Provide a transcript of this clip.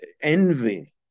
envy